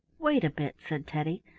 wait a bit, said teddy,